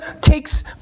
takes